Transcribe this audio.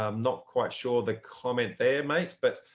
um not quite sure the comment there, mate. but